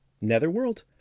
netherworld